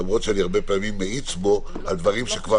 למרות שאני הרבה פעמים מאיץ בו על דברים שכבר